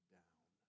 down